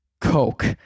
Coke